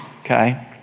okay